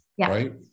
right